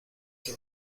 que